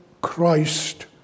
Christ